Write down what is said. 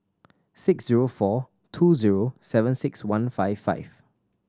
six zero four two zero seven six one five five